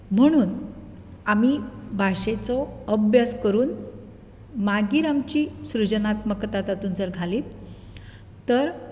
म्हणून आमी भाशेचो अभ्यास करून मागीर आमची सृजनात्मकता तातूंत जर घाली तर